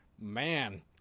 Man